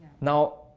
Now